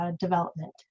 development